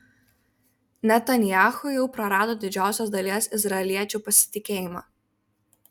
netanyahu jau prarado didžiosios dalies izraeliečių pasitikėjimą